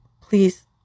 Please